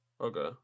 Okay